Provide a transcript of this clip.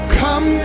come